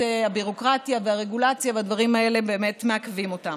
שהביורוקרטיה והרגולציה והדברים האלה באמת מעכבים אותם.